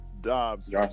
Dobbs